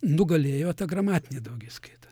nugalėjo ta gramatinė daugiskaita